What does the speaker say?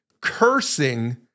cursing